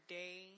day